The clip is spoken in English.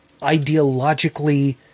ideologically